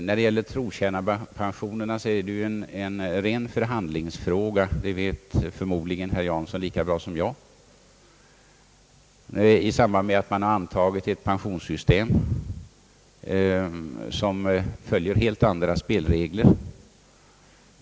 Att trotjänarpensionerna är en ren förhandlingsfråga vet förmodligen herr Jansson lika bra som jag, sedan man antagit ett pensionssystem som följer helt andra spelregler.